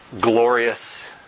glorious